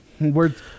Words